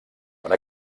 per